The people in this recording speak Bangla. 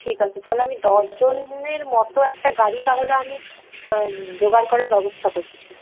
ঠিক আছে তাহলে আমি দশজনের মতো একটা গাড়ি তাহলে আমি জোগাড় করার ব্যবস্থা করছি